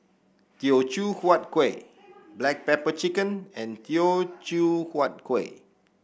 Teochew Huat Kueh Black Pepper Chicken and Teochew Huat Kueh